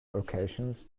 occasions